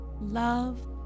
love